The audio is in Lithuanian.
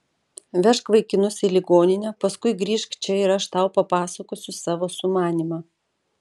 vežk vaikinus į ligoninę paskui grįžk čia ir aš tau papasakosiu savo sumanymą